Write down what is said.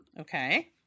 Okay